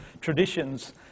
traditions